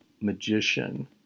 magician